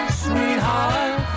sweetheart